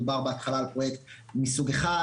דובר בהתחלה על פרויקט מסוג אחד,